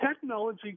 Technology